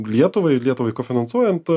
lietuvai lietuvai kofinansuojant